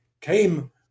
came